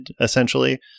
essentially